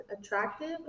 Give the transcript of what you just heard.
attractive